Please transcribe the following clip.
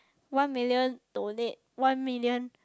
one million donate one million